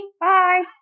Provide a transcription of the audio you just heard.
Bye